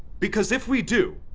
because if we do,